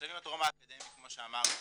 בשלבים הטרום אקדמיים כמו שאמרתי,